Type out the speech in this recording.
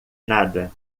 nada